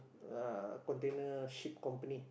uh container ship company